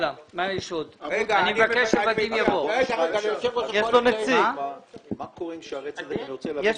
אני רוצה להבין מה קורה עם שערי צדק.